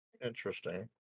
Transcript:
interesting